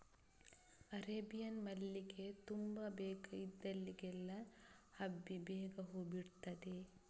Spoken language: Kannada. ಅರೇಬಿಯನ್ ಮಲ್ಲಿಗೆ ತುಂಬಾ ಬೇಗ ಇದ್ದಲ್ಲಿಗೆಲ್ಲ ಹಬ್ಬಿ ಬೇಗ ಹೂ ಬಿಡ್ತದೆ